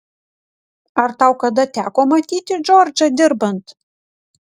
ar tau kada teko matyti džordžą dirbant